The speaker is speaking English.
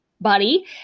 buddy